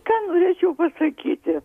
ką norėčiau pasakyti